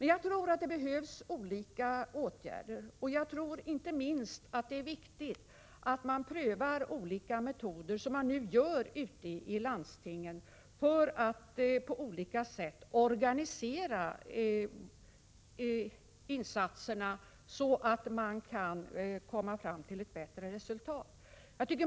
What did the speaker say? Jag tror att det behövs olika åtgärder och att det är inte minst viktigt att pröva olika metoder, som man nu gör ute i landstingen, för att på olika sätt organisera insatserna så att man kan komma fram till ett bättre resultat.